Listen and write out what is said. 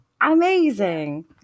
Amazing